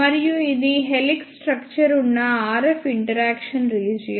మరియు ఇది helix structure ఉన్న RF ఇంటరాక్షన్ రీజియన్